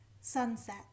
Sunset